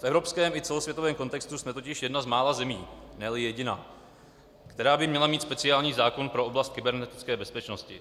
V evropském i celosvětovém kontextu jsme totiž jedna z mála zemí, neli jediná, která by měla mít speciální zákon pro oblast kybernetické bezpečnosti.